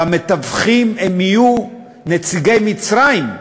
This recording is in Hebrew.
והמתווכים יהיו נציגי מצרים,